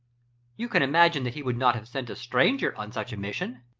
you can imagine that he would not have sent a stranger on such a mission.